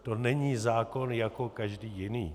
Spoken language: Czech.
To není zákon jako každý jiný.